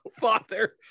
father